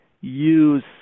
use